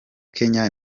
kenya